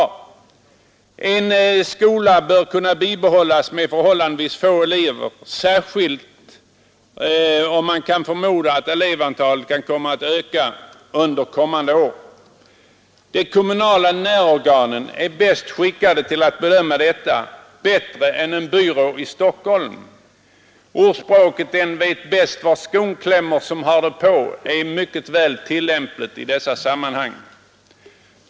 En skola bör kunna bibehållas med förhållandevis få elever, särskilt om man kan förmoda att elevantalet kommer att öka under den närmaste framtiden. De kommunala närorganen är bäst skickade till att bedöma detta, bättre än en byrå i Stockholm. Ordspråket ”Ingen vet var skon klämmer bättre än den som har den på” är väl tillämpligt i dessa sammanhang.